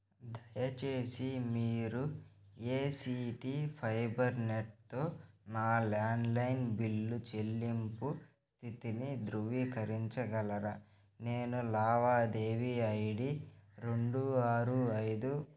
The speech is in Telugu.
దయచేసి మీరు ఏ సీ టీ ఫైబర్ నెట్తో నా ల్యాండ్లైన్ బిల్లు చెల్లింపు స్థితిని ధృవీకరించగలరా నేను లావాదేవీ ఐ డీ రెండు ఆరు ఐదు